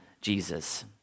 Jesus